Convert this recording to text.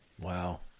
Wow